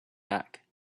back